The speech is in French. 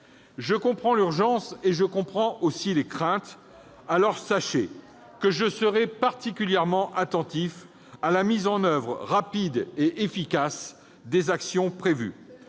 Je comprends l'urgence, je comprends aussi les craintes. Alors, sachez que je serai particulièrement attentif à la mise en oeuvre rapide et efficace des actions prévues.